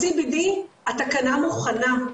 התקנה מוכנה.